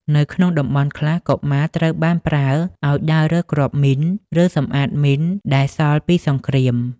នៅក្នុងតំបន់ខ្លះ កុមារត្រូវបានប្រើឱ្យដើររើសគ្រាប់មីន ឬសម្អាតមីនដែលសល់ពីសង្គ្រាម។